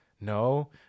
no